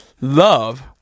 love